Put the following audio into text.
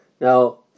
Now